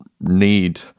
need